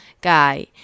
guy